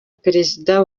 perezida